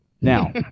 Now